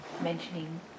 mentioning